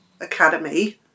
Academy